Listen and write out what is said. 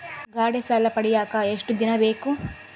ಗಾಡೇ ಸಾಲ ಪಡಿಯಾಕ ಎಷ್ಟು ದಿನ ಬೇಕು?